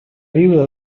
viuda